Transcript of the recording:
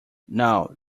now